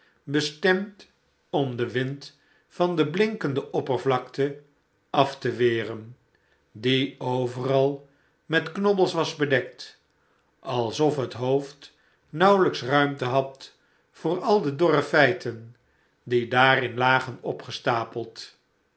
bestemd om den wind van de blinkende oppervlakte af te weren die overal met knobbels was bedekt alsof het hoofd nauwelijks ruimte had voor al de dorre feiten die daarin lagen opgestapeld